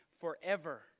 forever